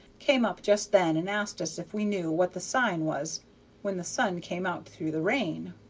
came up just then and asked us if we knew what the sign was when the sun came out through the rain.